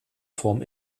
form